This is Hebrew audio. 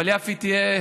אבל יפי תהיה.